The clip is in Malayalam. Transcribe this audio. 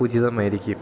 ഉചിതമായിരിക്കും